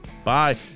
Bye